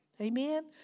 Amen